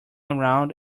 around